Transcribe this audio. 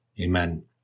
Amen